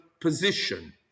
position